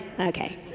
Okay